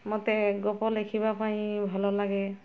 ମୋତେ ଗପ ଲେଖିବା ପାଇଁ ଭଲ ଲାଗେ